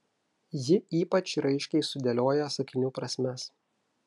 ji ypač raiškiai sudėlioja sakinių prasmes